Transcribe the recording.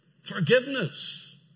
Forgiveness